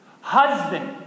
Husband